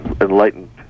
enlightened